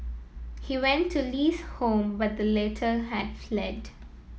he went to Li's home but the latter had fled